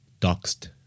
doxed